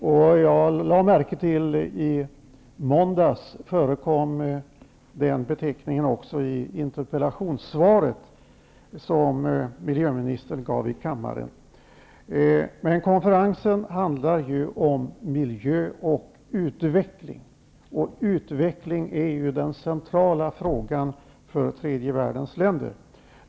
Jag lade också märke till att den beteckningen förekom i måndags i det interpellationssvar miljöministern gav i kammaren. Men konferensen behandlar miljö och utveckling. Utveckling är den centrala frågan för tredje världens länder.